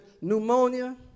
pneumonia